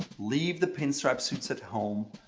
leave the pinstripe suits at home,